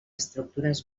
estructures